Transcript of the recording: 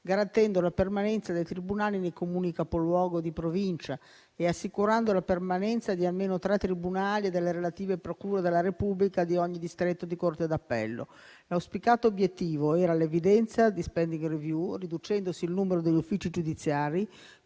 garantendo la permanenza dei tribunali nei Comuni capoluogo di Provincia e assicurando la permanenza di almeno tre tribunali e delle relative procure della Repubblica di ogni distretto di corte d'appello. L'auspicato obiettivo era all'evidenza di *spending review,* riducendo il numero degli uffici giudiziari,